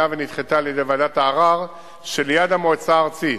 ונדחתה על-ידי ועדת הערר שליד המועצה הארצית.